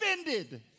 offended